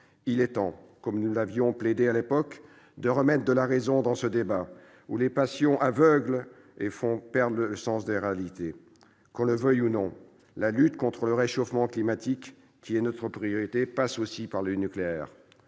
Il est temps, comme nous l'avions plaidé à l'époque, de remettre de la raison dans ce débat où les passions aveuglent et font perdre le sens des réalités : qu'on le veuille ou non, la lutte contre le réchauffement climatique, qui est notre priorité, passe, aussi, par le nucléaire.